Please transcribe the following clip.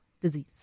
disease